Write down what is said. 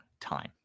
time